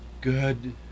Good